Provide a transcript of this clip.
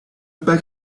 back